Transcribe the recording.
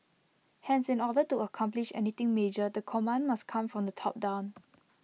hence in order to accomplish anything major the command must come from the top down